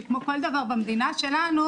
שכמו כל דבר במדינה שלנו,